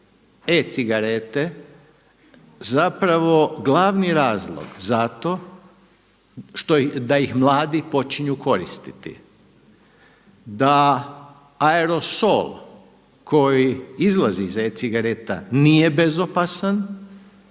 e-cigarete zapravo glavni razlog da ih mladi počnu koristiti, da aerosol koji izlazi iz e-cigareta nije bezopasan